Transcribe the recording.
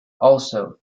also